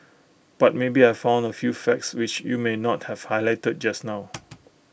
but maybe I found A few facts which you may not have highlighted just now